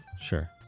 Sure